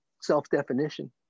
self-definition